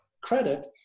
credit